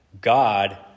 God